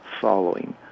following